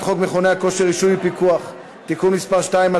חוק מכוני כושר (רישוי ופיקוח) (תיקון מס' 2),